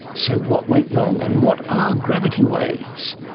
so, what went wrong, and what are gravity waves?